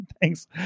Thanks